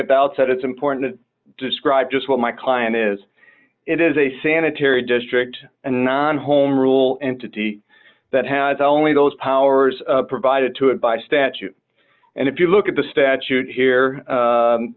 about said it's important to describe just what my client is it is a sanitary district and not home rule entity that has only those powers provided to it by statute and if you look at the statute here